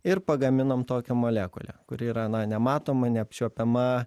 ir pagaminom tokią molekulę kuri yra na nematoma neapčiuopiama